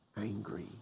angry